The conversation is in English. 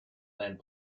land